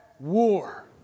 war